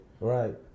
Right